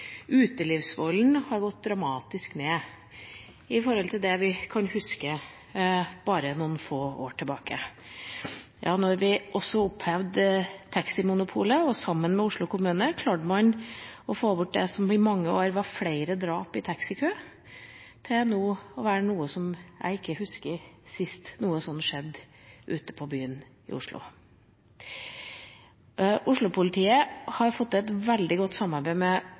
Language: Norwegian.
Utelivsvolden har gått dramatisk ned sammenlignet med det vi kan huske for bare noen få år tilbake. Da vi opphevde taximonopolet, klarte man, sammen med Oslo kommune, å få bort det som skjedde i mange år, nemlig flere drap i taxikø. Nå husker jeg ikke sist noe sånt skjedde ute på byen i Oslo. Oslo-politiet har fått til et veldig godt samarbeid med